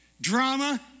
Drama